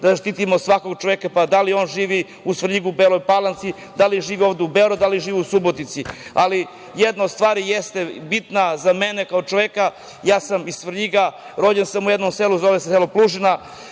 da zaštitimo svakog čoveka, da li on živi u Svrljigu, Beloj Palanci, da li on živo ovde u Beogradu, da li živi u Subotici. Jedna stvar jeste bitna za mene kao čoveka, ja sam iz Svrljiga, rođen sam u jednom selu zove se selo Plužina,